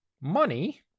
money